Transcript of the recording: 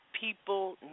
people